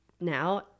now